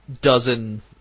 dozen